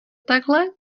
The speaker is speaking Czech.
takhle